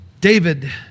David